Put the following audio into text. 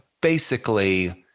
basically-